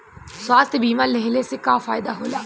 स्वास्थ्य बीमा लेहले से का फायदा होला?